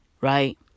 Right